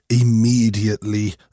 immediately